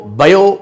bio